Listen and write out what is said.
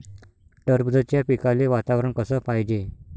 टरबूजाच्या पिकाले वातावरन कस पायजे?